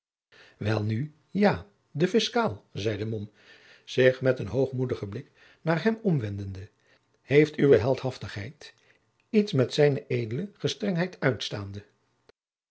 welnu ja de fiscaal zeide mom zich met een hoogmoedigen blik naar hem omwendende heeft uwe heldhaftigheid iets met z ed gestr uitstaande